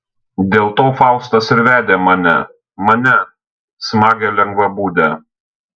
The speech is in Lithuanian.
dėl to faustas ir vedė mane mane smagią lengvabūdę